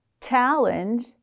challenge